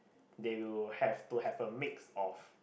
they will have to have a mix of